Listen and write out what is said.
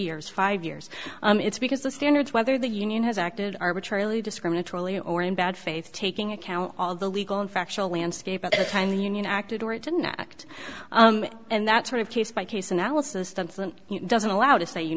years five years it's because the standards whether the union has acted arbitrarily discriminatorily or in bad faith taking account all the legal and factual landscape at the time the union acted or it didn't act and that sort of case by case analysis tencent doesn't allow to say you